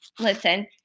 listen